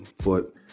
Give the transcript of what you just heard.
foot